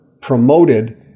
promoted